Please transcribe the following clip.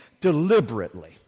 deliberately